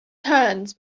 turns